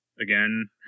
again